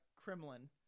Kremlin